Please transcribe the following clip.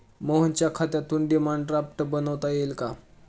मोहनच्या खात्यातून demand draft बनवता येईल का?